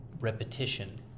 repetition